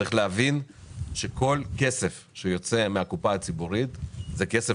צריך להבין שכל כסף שיוצא מן הקופה הציבורית הוא כסף